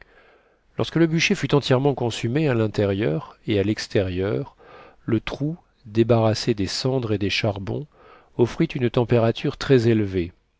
lorsque le bûcher fut entièrement consumé à l'intérieur et à l'extérieur le trou débarrassé des cendres et des charbons offrit une température très élevée